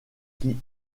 qui